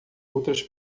outras